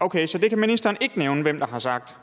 Okay, så det kan ministeren ikke nævne hvem der har sagt.